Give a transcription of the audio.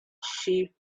sheep